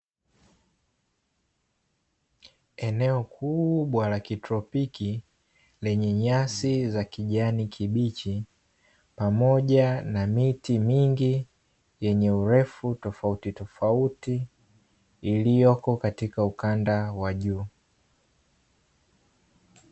Eneo kubwa la kitropiki lenye nyasi za kijani kibichi, pamoja na miti mingi yenye urefu tofautitofauti, iliyoko katika ukanda wa juu.